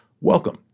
Welcome